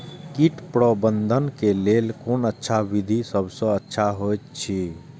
कीट प्रबंधन के लेल कोन अच्छा विधि सबसँ अच्छा होयत अछि?